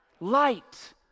light